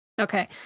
Okay